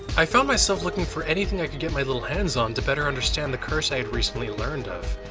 i found myself looking for anything i could get my little hands on to better understand the curse i had recently learned of.